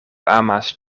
amas